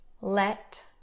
Let